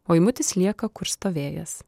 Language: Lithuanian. o eimutis lieka kur stovėjęs